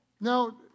Now